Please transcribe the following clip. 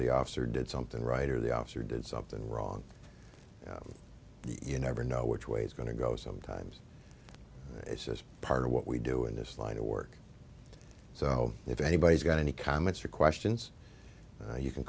the officer did something right or the officer did something wrong you never know which way it's going to go sometimes it's just part of what we do in this line of work so if anybody's got any comments or questions you can